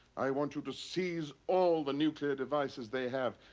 i want you to seize all the nuclear devices they have.